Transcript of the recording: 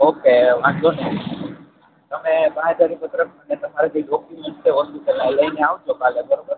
okay વાંધો નઈ તમે બાંહેધરી પત્રક અને તમારા જે ડોકયુમેંટ છે હોસ્પિટલના એ લઈ ને આવજો કાલે બરોબર